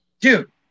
Dude